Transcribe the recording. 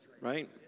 right